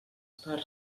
per